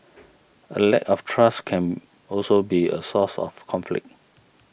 a lack of trust can also be a source of conflict